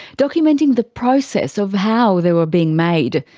documenting the process of how they were being made.